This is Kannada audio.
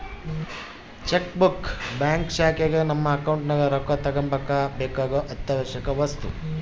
ಚೆಕ್ ಬುಕ್ ಬ್ಯಾಂಕ್ ಶಾಖೆಗ ನಮ್ಮ ಅಕೌಂಟ್ ನಗ ರೊಕ್ಕ ತಗಂಬಕ ಬೇಕಾಗೊ ಅತ್ಯಾವಶ್ಯವಕ ವಸ್ತು